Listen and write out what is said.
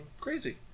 crazy